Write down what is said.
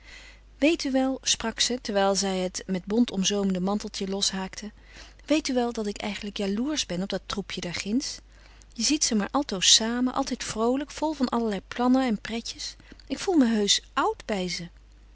weet u wel sprak ze terwijl zij het met bont omzoomde manteltje loshaakte weet u wel dat ik eigenlijk jaloersch ben van dat troepje daar ginds je ziet ze maar altoos samen altijd vroolijk vol van allerlei plannen en pretjes ik voel me heusch oud bij ze